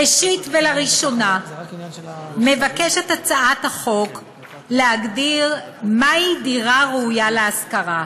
ראשית ולראשונה מבקשת הצעת החוק להגדיר מהי דירה ראויה להשכרה.